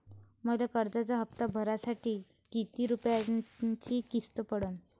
मले कर्जाचा हप्ता भरासाठी किती रूपयाची किस्त पडन?